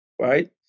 right